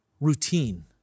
routine